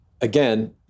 again